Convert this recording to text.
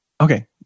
Okay